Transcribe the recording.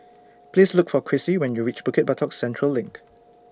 Please Look For Crissie when YOU REACH Bukit Batok Central LINK